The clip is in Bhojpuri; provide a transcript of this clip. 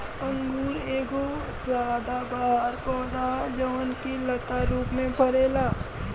अंगूर एगो सदाबहार पौधा ह जवन की लता रूप में फरेला